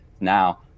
now